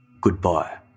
Goodbye